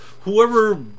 whoever